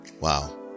Wow